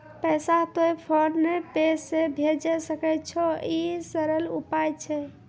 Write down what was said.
पैसा तोय PhonePe से भैजै सकै छौ? ई सरल उपाय छै?